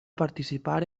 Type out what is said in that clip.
participar